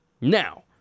Now